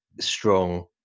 strong